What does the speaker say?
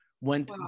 went